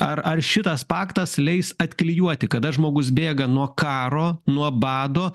ar ar šitas paktas leis atklijuoti kada žmogus bėga nuo karo nuo bado